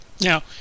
Now